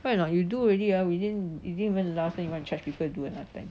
right not you do already ah within it didn't even last then you want to chrage people do another time